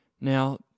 now